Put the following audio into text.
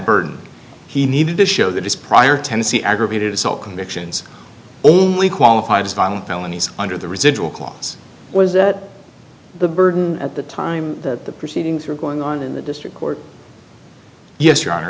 burden he needed to show that his prior tennessee aggravated assault convictions only qualified as violent felonies under the residual clause was that the burden at the time that the proceedings were going on in the district court yes your honor